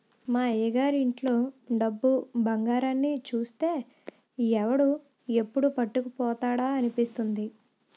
మా అయ్యగారి ఇంట్లో డబ్బు, బంగారాన్ని చూస్తే ఎవడు ఎప్పుడు పట్టుకుపోతాడా అనిపిస్తుంది